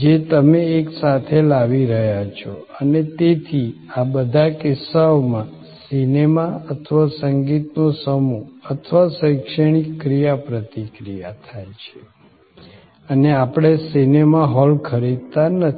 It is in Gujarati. જે તમે એકસાથે લાવી રહ્યા છો અને તેથી આ બધા કિસ્સાઓમાં સિનેમા અથવા સંગીતનો સમૂહ અથવા શૈક્ષણિક ક્રિયાપ્રતિક્રિયા થાય છે અને આપણે સિનેમા હૉલ ખરીદતા નથી